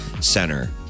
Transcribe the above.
Center